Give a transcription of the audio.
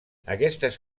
aquestes